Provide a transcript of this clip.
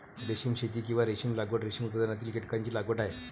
रेशीम शेती, किंवा रेशीम लागवड, रेशीम उत्पादनातील कीटकांची लागवड आहे